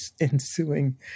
ensuing